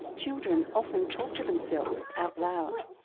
children often talk to themselves out loud.